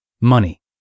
Money